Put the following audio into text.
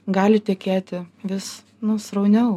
gali tekėti vis srauniau